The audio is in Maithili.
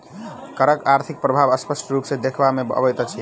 करक आर्थिक प्रभाव स्पष्ट रूप सॅ देखबा मे अबैत अछि